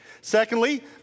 Secondly